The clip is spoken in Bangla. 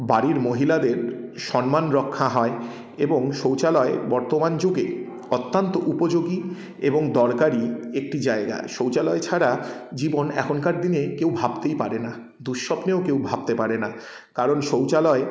বাড়ির মহিলাদের সম্মান রক্ষা হয় এবং শৌচালয় বর্তমান যুগে অত্যন্ত উপযোগী এবং দরকারি একটি জায়গা শৌচালয় ছাড়া জীবন এখনকার দিনে কেউ ভাবতেই পারে না দুঃস্বপ্নেও কেউ ভাবতে পারে না কারণ শৌচালয়